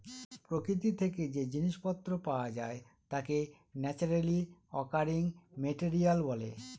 প্রকৃতি থেকে যে জিনিস পত্র পাওয়া যায় তাকে ন্যাচারালি অকারিং মেটেরিয়াল বলে